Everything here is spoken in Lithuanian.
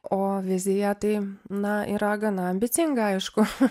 o vizija tai na yra gana ambicinga aišku